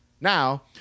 now